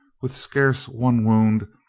with scarce one wound,